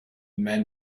men